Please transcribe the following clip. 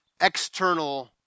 external